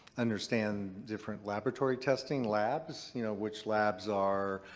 understand different laboratory testing labs. you know which labs are